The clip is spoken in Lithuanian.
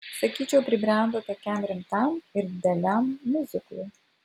sakyčiau pribrendo tokiam rimtam ir dideliam miuziklui